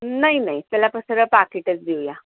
नाही नाही त्याला पण सरळ पाकीटच देऊया